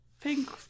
Pink